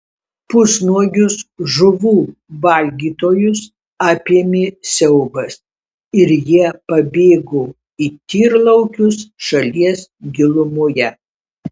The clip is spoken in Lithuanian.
pusnuogius žuvų valgytojus apėmė siaubas ir jie pabėgo į tyrlaukius šalies gilumoje